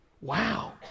Wow